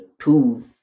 two